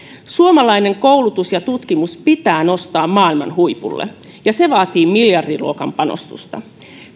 suomalainen koulutus ja tutkimus pitää nostaa maailman huipulle ja se vaatii miljardiluokan panostusta